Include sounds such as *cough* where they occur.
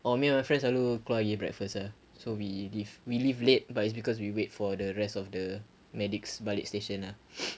orh me and my friends selalu keluar eat breakfast lah so we leave we leave late but it's because we wait for the rest of the medics balik station ah *noise*